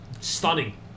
stunning